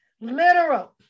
Literal